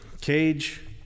Cage